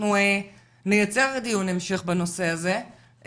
אנחנו נייצר דיון המשך בנושא הזה,